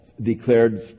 declared